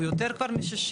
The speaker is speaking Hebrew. הוא כבר יותר מ-60.